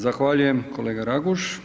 Zahvaljujem kolega Raguž.